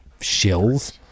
shills